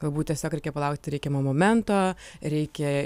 galbūt tiesiog reikia palaukti reikiamo momento reikia